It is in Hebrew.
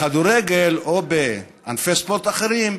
בכדורגל, או בענפי ספורט אחרים,